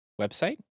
website